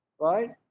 Right